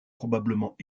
probablement